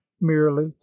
merely